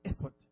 effort